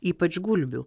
ypač gulbių